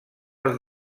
els